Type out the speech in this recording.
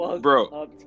Bro